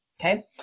Okay